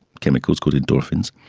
chemicals called endorphins,